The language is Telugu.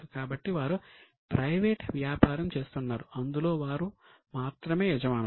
కాబట్టి వారు ప్రైవేట్ వ్యాపారం చేస్తున్నారు అందులో వారు మాత్రమే యజమానులు